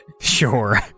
Sure